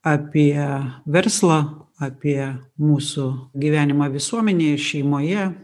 apie verslą apie mūsų gyvenimą visuomenėje šeimoje